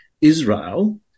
Israel